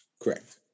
Correct